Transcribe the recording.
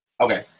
okay